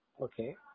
okay